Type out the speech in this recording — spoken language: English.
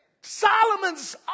Solomon's